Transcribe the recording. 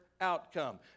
outcome